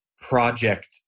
project